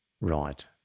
Right